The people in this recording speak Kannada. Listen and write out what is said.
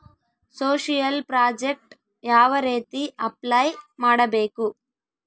ಸೋಶಿಯಲ್ ಪ್ರಾಜೆಕ್ಟ್ ಯಾವ ರೇತಿ ಅಪ್ಲೈ ಮಾಡಬೇಕು?